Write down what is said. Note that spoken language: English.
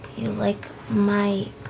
like, my,